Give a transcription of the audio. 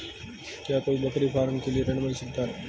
क्या कोई बकरी फार्म के लिए ऋण मिल सकता है?